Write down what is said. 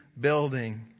building